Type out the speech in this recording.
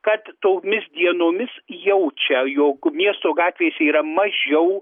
kad tomis dienomis jaučia jog miesto gatvėse yra mažiau